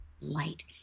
light